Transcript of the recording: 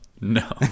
No